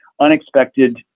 unexpected